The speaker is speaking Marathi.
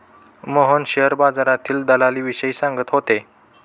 मोहन शेअर बाजारातील दलालीविषयी सांगत होते